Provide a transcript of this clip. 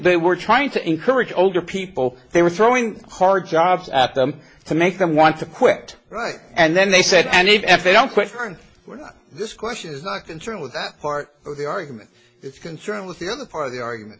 they were trying to encourage older people they were throwing hard jobs at them to make them want to quit right and then they said and if they don't quit we're not this question is not concerned with that part of the argument it's concerned with the other part of the argument